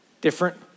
different